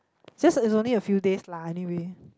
just is only a few days lah anyway